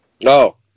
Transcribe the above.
No